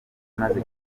imaze